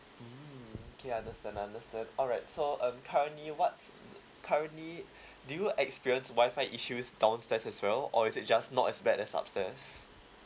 mm okay I understand I understand alright so um currently what currently do you experienced wi-fi issues downstairs as well or is it just not as bad as upstairs